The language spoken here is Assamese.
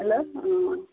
হেল্ল' অঁ